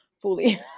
fully